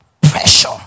pressure